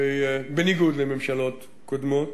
ובניגוד לממשלות קודמות,